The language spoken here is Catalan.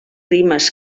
rimes